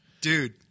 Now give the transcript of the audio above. dude